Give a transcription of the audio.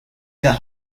that